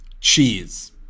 cheese